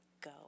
go